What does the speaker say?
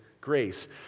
grace